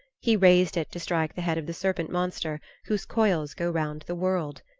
he raised it to strike the head of the serpent monster whose coils go round the world.